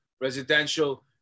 residential